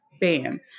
bam